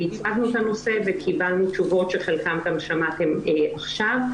הצגנו את הנושא וקבלנו תשובות שחלקן גם שמעתם עכשיו.